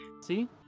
See